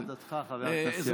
להחלטתך, חבר הכנסת יריב.